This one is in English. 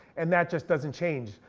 and that just doesn't change.